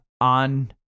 on